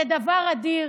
זה דבר אדיר,